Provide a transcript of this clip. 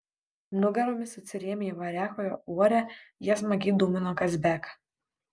nugaromis atsirėmę į variakojo uorę jie smagiai dūmino kazbeką